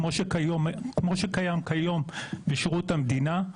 כמו שקיים כיום בשירות המדינה,